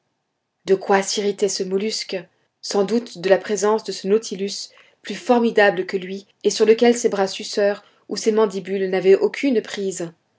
de quoi s'irritait ce mollusque sans doute de la présence de ce nautilus plus formidable que lui et sur lequel ses bras suceurs ou ses mandibules n'avaient aucune prise